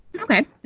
okay